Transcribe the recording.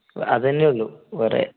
അതുതന്നെയുള്ളൂ വേറെ